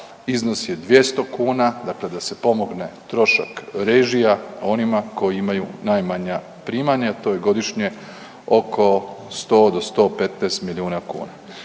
iznos je 200 kuna dakle da se pomogne trošak režija onima koji imaju najmanja primanja, a to je godišnje oko 100 do 115 milijuna kuna.